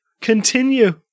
Continue